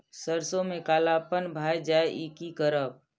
सरसों में कालापन भाय जाय इ कि करब?